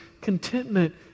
contentment